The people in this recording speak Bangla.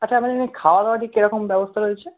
আচ্ছা আপনাদের খাওয়া দাওয়ার ঠিক কেরকম ব্যবস্তা রয়েছে